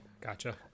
Gotcha